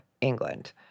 England